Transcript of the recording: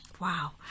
Wow